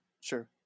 sure